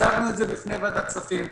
הצגנו לפני ועדת הכספים.